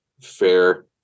fair